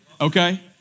Okay